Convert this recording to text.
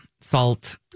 salt